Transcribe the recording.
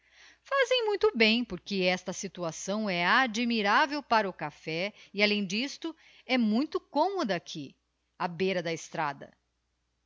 fazem muito bem porque esta situação é admirável para o café e além disto é muita commoda aqui á beira da estrada